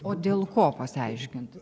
o dėl ko pasiaiškint